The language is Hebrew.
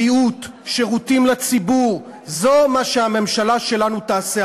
בריאות, שירותים לציבור, זה מה שהממשלה שלנו תעשה.